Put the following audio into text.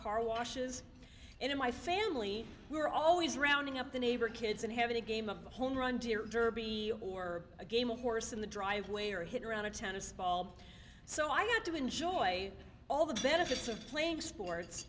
car washes in my family we were always rounding up the neighbor kids and having a game of the home run deer derby or a game of horse in the driveway or hit around a tennis ball so i got to enjoy all the benefits of playing sports